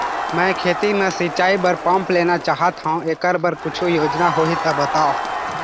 मैं खेती म सिचाई बर पंप लेना चाहत हाव, एकर बर कुछू योजना होही त बताव?